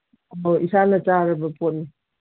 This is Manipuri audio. ꯑꯣ ꯏꯁꯥꯅ ꯆꯥꯔꯕ ꯄꯣꯠꯅꯤ